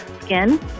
skin